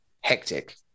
hectic